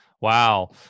Wow